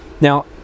Now